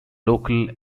local